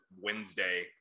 Wednesday